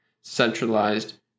centralized